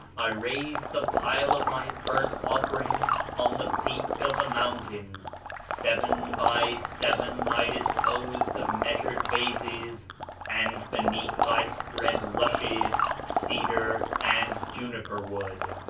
i raised the pile of my burnt-offering on the peak of the mountain seven by seven i disposed the measured vases and beneath i spread rushes, cedar, and juniper-wood.